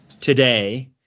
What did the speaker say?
today